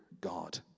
God